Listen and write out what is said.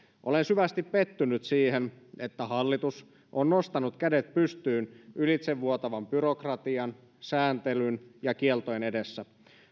olen syvästi pettynyt siihen että hallitus on nostanut kädet pystyyn ylitsevuotavan byrokratian sääntelyn ja kieltojen edessä